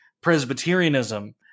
Presbyterianism